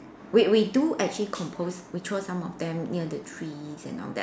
wait we do actually compost we throw some of them near the trees and all that